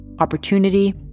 opportunity